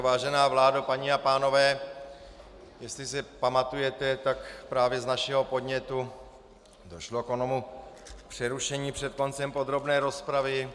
Vážená vládo, paní a pánové, jestli se pamatujete, tak právě z našeho podnětu došlo k onomu přerušení před koncem podrobné rozpravy.